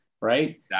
right